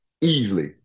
easily